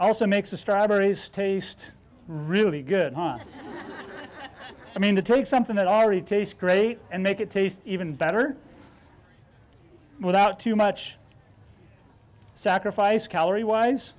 also makes the strawberries taste really good hot i mean to take something that already tastes great and make it taste even better without too much sacrifice calorie wise